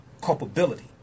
culpability